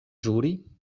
ĵuri